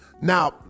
Now